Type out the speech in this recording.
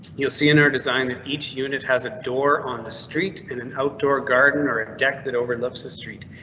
you'll see in our design at, each unit has a door on the street in an outdoor garden or a deck that overlooks the street.